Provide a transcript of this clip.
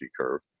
curve